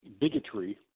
bigotry